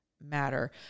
matter